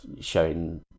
showing